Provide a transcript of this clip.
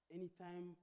Anytime